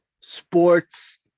sports